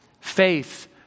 Faith